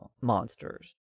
monsters